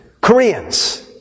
Koreans